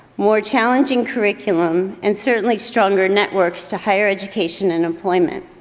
more challenging curriculum and certainly stronger networks to higher education and employment.